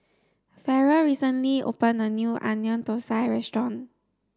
ferrell recently opened a new onion thosai restaurant